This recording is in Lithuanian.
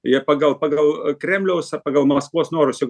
ir pagal pagal kremliaus ar pagal maskvos norus